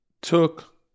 took